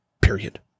period